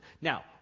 Now